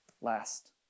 Last